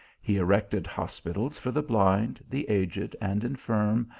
he erected hospitals for the blind, the aged, and infirm,